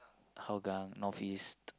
Hougang North-East